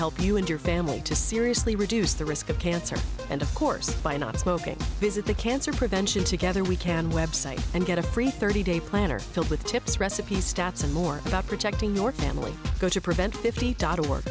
help you and your family to seriously reduce the risk of cancer and of course by not smoking visit the cancer prevention together we can website and get a free thirty day planner filled with tips recipes stats and more about protecting your family go to prevent